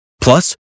Plus